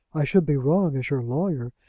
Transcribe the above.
i should be wrong, as your lawyer,